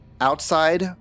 outside